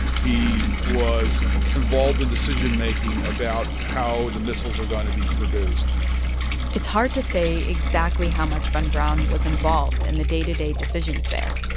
he was involved in decision-making about how the missiles are going to be produced it's hard to say exactly how much von braun was involved in the day-to-day decisions there,